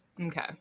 okay